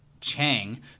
Chang